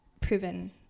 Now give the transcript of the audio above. proven